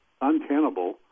untenable